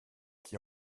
qui